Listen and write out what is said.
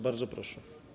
Bardzo proszę.